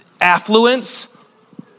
affluence